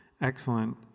excellent